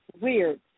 weird